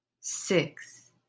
six